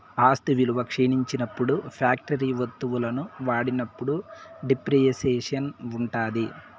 ఆస్తి విలువ క్షీణించినప్పుడు ఫ్యాక్టరీ వత్తువులను వాడినప్పుడు డిప్రిసియేషన్ ఉంటాది